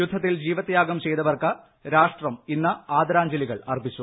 യുദ്ധത്തിൽ ജീവതൃാഗം ചെയ്തവർക്ക് രാഷ്ട്രം ഇന്ന് ആദരാഞ്ജലികൾ അർപ്പിച്ചു